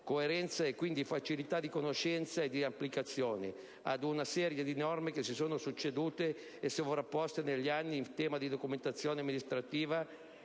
coerenza e quindi facilità di conoscenza e di applicazione ad una serie di norme che si sono succedute e sovrapposte negli anni in tema di documentazione amministrativa